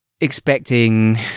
expecting